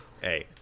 Hey